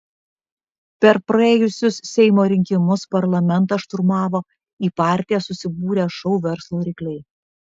per praėjusius seimo rinkimus parlamentą šturmavo į partiją susibūrę šou verslo rykliai